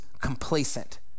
complacent